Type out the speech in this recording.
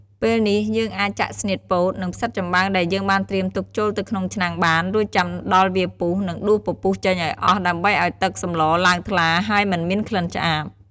ពេលនេះ យើងអាចចាក់ស្នៀតពោត និង ផ្សិតចំបើងដែលយើងបានត្រៀមទុកចូលទៅក្នុងឆ្នាំងបាន រួចចាំដល់វាពុះ និងដួសពពុះចេញឱ្យអស់ ដើម្បីឱ្យទឹកសម្លឡើងថ្លា ហើយមិនមានក្លិនឆ្អាប។